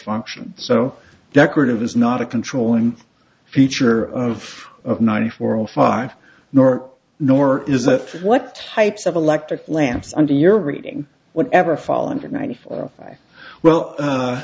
function so decorative is not a controlling feature of ninety four or five nor nor is that what types of electric lamps under your reading whatever fall into ninety four or five well